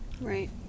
right